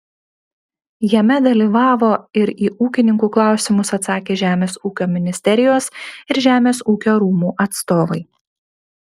jame dalyvavo ir į ūkininkų klausimus atsakė žemės ūkio ministerijos ir žemės ūkio rūmų atstovai